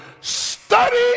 Study